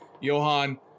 Johan